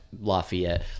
Lafayette